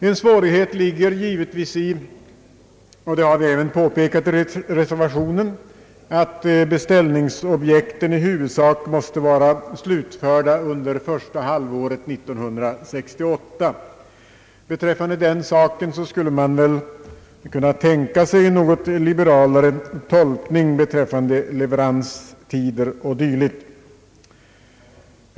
En svårighet ligger givetvis — det har vi även påpekat i reservationen — i att beställningsobjekten i huvudsak måste vara slutförda under första halvåret 1968. Man skulle väl kunna tänka sig en något liberalare tolkning beträffande leveranstider och dylikt.